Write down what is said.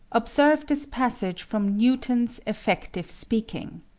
observe this passage from newton's effective speaking